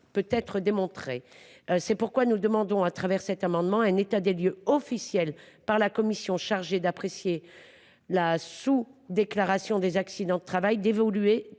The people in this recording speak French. peut être démontré. C’est pourquoi nous demandons, à travers cet amendement, un état des lieux officiel de la commission chargée d’évaluer la sous déclaration des accidents du travail et